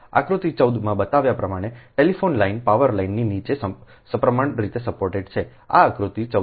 આકૃતિ 14 માં બતાવ્યા પ્રમાણે ટેલિફોન લાઇન પાવર લાઇનની નીચે સપ્રમાણ રીતે સપોર્ટેડ છે આ આકૃતિ 14 છે